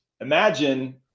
imagine